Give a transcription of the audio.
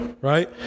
right